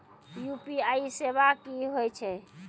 UPI सेवा की होय छै?